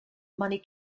money